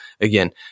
Again